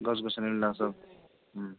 গছ গছনিৰ নাম সব